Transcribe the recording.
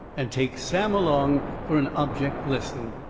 and take sam along fur an object lesson.